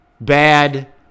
bad